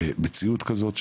במציאות כזאת,